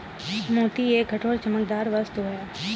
मोती एक कठोर, चमकदार वस्तु है